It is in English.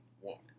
woman